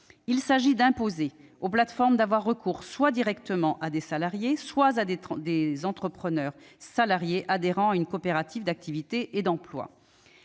Il s'agit d'imposer aux plateformes d'avoir recours soit à des salariés directement, soit à des entrepreneurs salariés adhérant à une coopérative d'activité et d'emploi.